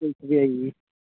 ओह् बी आई गेई